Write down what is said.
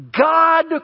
God